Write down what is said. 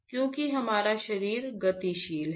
क्योंकि हमारा शरीर गतिशील है